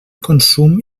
consum